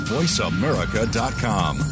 VoiceAmerica.com